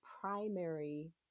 primary